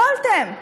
יכולתם.